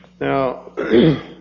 Now